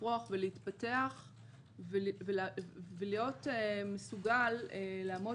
לפרוח ולהתפתח ולהיות מסוגל לעמוד